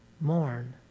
mourn